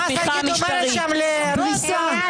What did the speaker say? מדינה דמוקרטית,